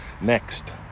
Next